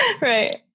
Right